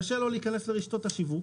קשה לו להיכנס לרשתות השיווק